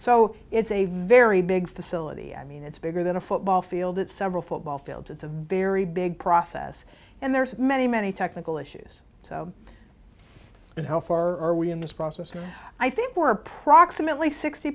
so it's a very big facility i mean it's bigger than a football field it's several football fields it's a very big process and there are many many technical issues but how far are we in this process and i think were approximately sixty